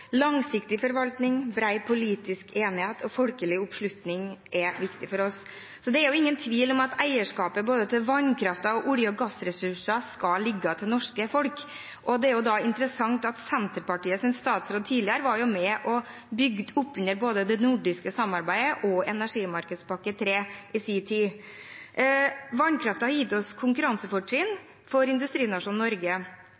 Langsiktig forvaltning, bred politisk enighet og folkelig oppslutning er viktig for oss. Så det er jo ingen tvil om at eierskapet til både vannkraften og olje- og gassressursene skal ligge hos det norske folk. Det er da interessant at Senterpartiets tidligere statsråd var med og bygde opp under både det nordiske samarbeidet og tredje energimarkedspakke i sin tid. Vannkraften har gitt